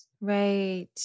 Right